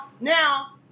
Now